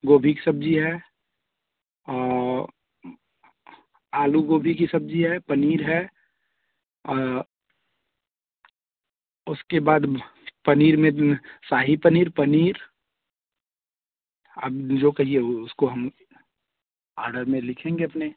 गोभी की सब्ज़ी है और आलू गोभी की सब्ज़ी है पनीर है और उसके बाद पनीर में शाही पनीर पनीर अब जो कहिए वो उसको हम आर्डर में लिखेंगे अपने